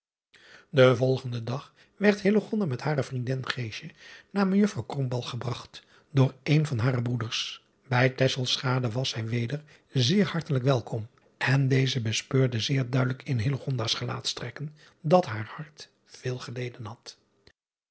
en volgenden dag werd met hare vriendin naar ejuffrouw gebragt door een van hare broeders ij was zij weder zeer hartelijk welkom en deze bespeurde zeer duidelijk in s gelaatstrekken dat haar hart veel geleden had